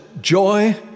joy